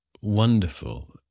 wonderful